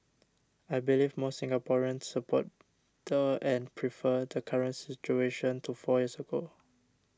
I believe most Singaporeans support the and prefer the current situation to four years ago